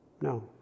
No